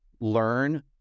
learn